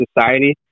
society